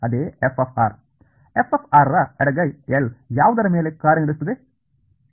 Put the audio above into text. ಅದೇ f f ರ ಎಡಗೈ L ಯಾವುದರ ಮೇಲೆ ಕಾರ್ಯನಿರ್ವಹಿಸುತ್ತದೆ